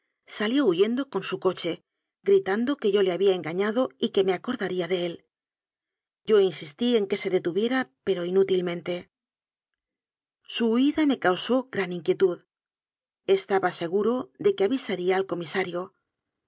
salió huyendo con su coche gritando que yo le había engañado y que me acordaría de él yo insistí en que se detuviera pero inútil mente su huida me causó gran inquietud estaba se guro de que avisaría al comisario